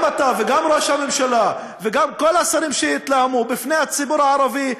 גם אתה וגם ראש הממשלה וגם כל השרים שהתלהמו בפני הציבור הערבי,